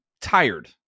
tired